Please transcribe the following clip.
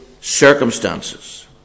circumstances